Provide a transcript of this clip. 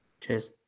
Cheers